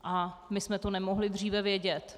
A my jsme to nemohli dříve vědět.